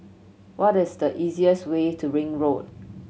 what is the easiest way to Ring Road